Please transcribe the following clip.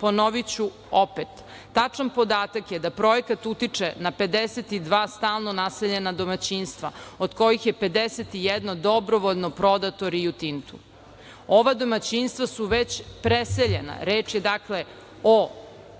Ponoviću opet. Tačan podatak je da projekat utiče na 52 stalno naseljena domaćinstva od kojih je 51 dobrovoljno prodato Rio Tintu. Ova domaćinstva su već preseljena. Reč je o